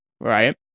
right